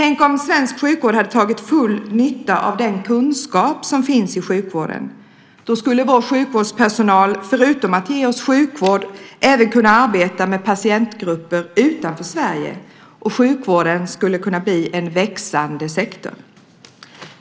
Tänk om svensk sjukvård hade dragit full nytta av den kunskap som finns i sjukvården. Då skulle vår sjukvårdspersonal, förutom att ge oss sjukvård, även kunnat arbeta med patientgrupper utanför Sverige, och sjukvården hade kunnat bli en växande sektor.